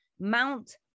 Mount